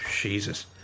Jesus